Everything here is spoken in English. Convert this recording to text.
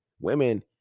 women